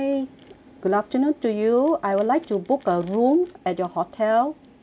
good afternoon to you I would like to book a room at your hotel